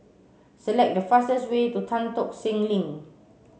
select the fastest way to Tan Tock Seng Link